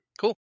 Cool